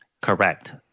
Correct